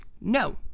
No